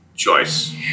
choice